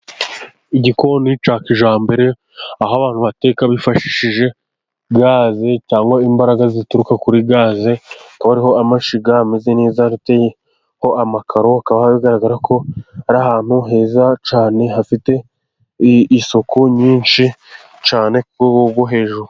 Igikoni cya kijyambere, aho abantu bateka bifashishije gaze cyangwa imbaraga zituruka kuri gaze, hakaba hariho amashyiga ameze neza, ateyeho amakaro, hakaba hagaragara ko ari ahantu heza cyane, hafite isuku nyinshi cyane, ku rwego rwo hejuru.